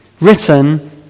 written